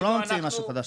אנחנו לא ממציאים משהו חדש.